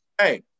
hey